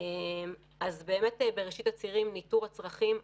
בראשית הצירים יש ניטור הצרכים,